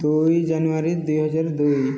ଦୁଇ ଜାନୁଆରୀ ଦୁଇହଜାର ଦୁଇ